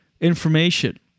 information